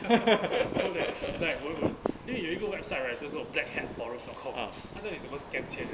有 leh like 我有我有因为有一个 website right 这什么 black hat floral dot com 它教你怎么 scam 钱